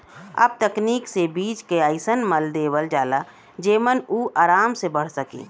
अब तकनीक से बीज के अइसन मल देवल जाला जेमन उ आराम से बढ़ सके